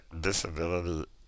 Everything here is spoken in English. disability